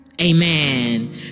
Amen